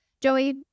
Joey